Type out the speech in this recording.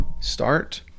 start